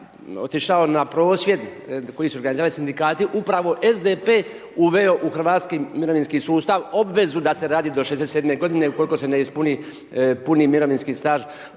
otišao na prosvjed koji su ga zvali sindikati, upravo SDP uveo u hrvatski mirovinski sustav obvezu da se radi do 67 g. ukoliko se ne ispuni puni mirovinski staž